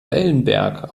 wellenberg